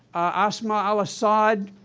asma al-assad,